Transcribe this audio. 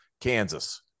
Kansas